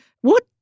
What